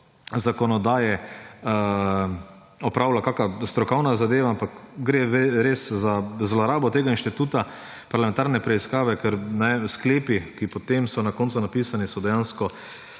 zakonodaje opravila kakšna strokovna zadeva, ampak gre res za zlorabo tega instituta parlamentarne preiskave, ker sklepi, ki so potem na koncu napisani, so dejansko